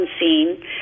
unseen